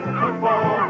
football